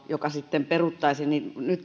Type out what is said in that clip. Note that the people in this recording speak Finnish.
joka sitten perutaan kehottaisin jo nyt